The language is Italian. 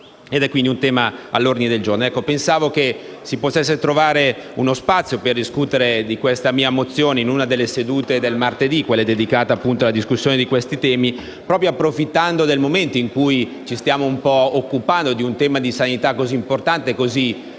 quindi, di un tema all'ordine del giorno e pensavo che si potesse trovare uno spazio per discutere di questa mia mozione in una delle sedute del martedì dedicate alla discussione di questi temi, proprio approfittando del fatto che in questo momento ci stiamo occupando di un tema di sanità così importante e particolarmente